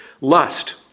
Lust